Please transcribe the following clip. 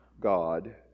God